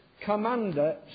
commander